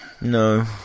No